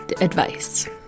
advice